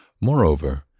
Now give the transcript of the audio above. Moreover